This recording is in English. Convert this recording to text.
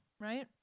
right